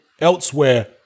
elsewhere